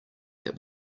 that